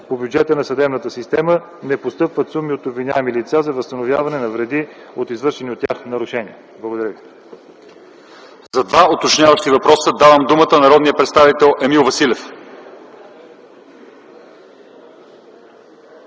По бюджета на съдебната система не постъпват суми от обвиняеми лица за възстановяване на вреди от извършени от тях нарушения. Благодаря Ви. ПРЕДСЕДАТЕЛ ЛЪЧЕЗАР ИВАНОВ: За два уточняващи въпроса давам думата на народния представител Емил Василев.